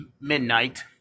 midnight